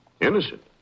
innocent